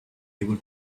able